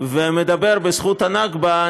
ומדבר בזכות הנכבה,